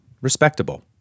respectable